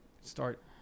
start